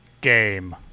Game